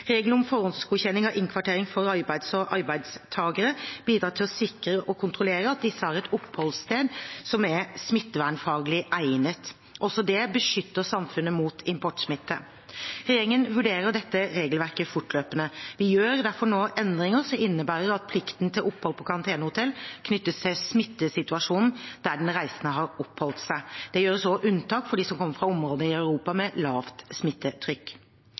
om forhåndsgodkjenning av innkvartering for arbeids- og oppdragstakere bidrar til å sikre og kontrollere at disse har et oppholdssted som er smittevernfaglig egnet. Også dette beskytter samfunnet mot importsmitte. Regjeringen vurderer dette regelverket fortløpende. Vi foretar derfor nå endringer som innebærer at plikten til opphold på karantenehotell knyttes til smittesituasjonen der den reisende har oppholdt seg. Det gjøres også unntak for dem som kommer fra områder i Europa med lavt smittetrykk.